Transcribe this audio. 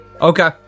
Okay